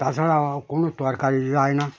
তাছাড়াও কোনো তরকারি যায় না